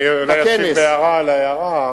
אני אולי אשיב בהערה על ההערה.